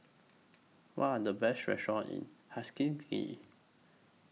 What Are The Best restaurants in